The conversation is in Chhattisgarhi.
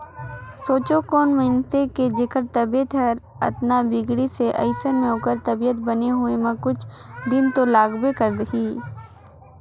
सोंचे कोनो मइनसे के जेखर तबीयत हर अतना बिगड़िस हे अइसन में ओखर तबीयत बने होए म कुछ दिन तो लागबे करही